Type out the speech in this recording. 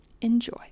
enjoy